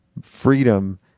freedom